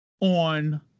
on